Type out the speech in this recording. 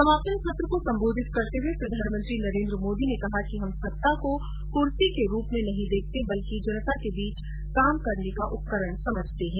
समापन सत्र को सम्बोधित करते हुए प्रधानमंत्री नरेन्द्र मोदी ने कहा कि हम सत्ता को कर्सी के रूप में नहीं देखते बल्कि जनता के बीच काम करने का उपकरण समझते हैं